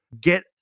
Get